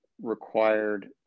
required